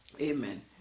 Amen